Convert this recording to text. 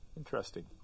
interesting